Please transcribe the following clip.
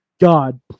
God